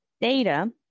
Data